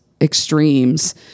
extremes